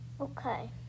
Okay